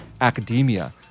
academia